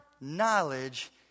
knowledge